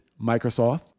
Microsoft